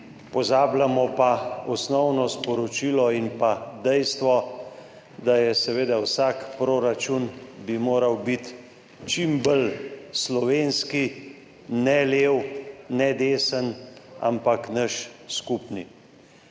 pozabljamo pa osnovno sporočilo in dejstvo, da bi seveda vsak proračun moral biti čim bolj slovenski, ne lev, ne desen, ampak naš skupni.